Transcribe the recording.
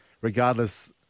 regardless